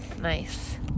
Nice